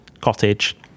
cottage